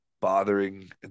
bothering